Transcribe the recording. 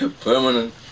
permanent